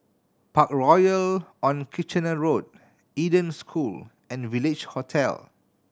Parkroyal on Kitchener Road Eden School and Village Hotel